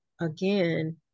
again